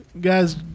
guys